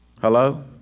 Hello